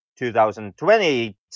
2020